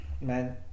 man